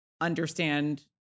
understand